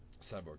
Cyborg